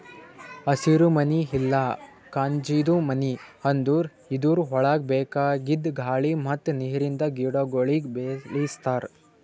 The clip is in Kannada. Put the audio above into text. ಹಸಿರುಮನಿ ಇಲ್ಲಾ ಕಾಜಿಂದು ಮನಿ ಅಂದುರ್ ಇದುರ್ ಒಳಗ್ ಬೇಕಾಗಿದ್ ಗಾಳಿ ಮತ್ತ್ ನೀರಿಂದ ಗಿಡಗೊಳಿಗ್ ಬೆಳಿಸ್ತಾರ್